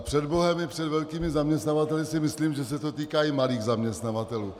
Před bohem i před velkými zaměstnavateli si myslím, že se to týká i malých zaměstnavatelů.